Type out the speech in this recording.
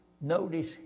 Notice